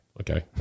okay